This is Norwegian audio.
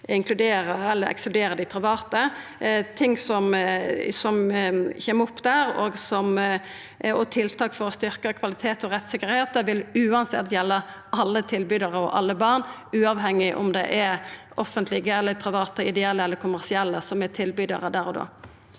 inkludera eller ekskludera dei private. Det som kjem opp der, og tiltak for å styrkja kvalitet og rettstryggleik, vil uansett gjelda alle tilbydarar og alle barn, uavhengig av om det er offentlege, private ideelle eller private kommersielle som er tilbydarar der og då.